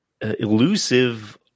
elusive